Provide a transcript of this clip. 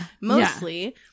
Mostly